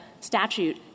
statute